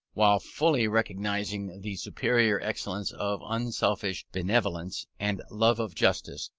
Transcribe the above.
while fully recognising the superior excellence of unselfish benevolence and love of justice,